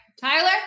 Tyler